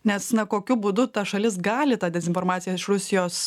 nes na kokiu būdu ta šalis gali tą dezinformaciją iš rusijos